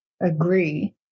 agree